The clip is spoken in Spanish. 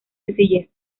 sencillez